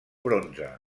bronze